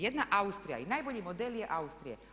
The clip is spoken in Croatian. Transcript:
Jedna Austrija i najbolji model je Austrija.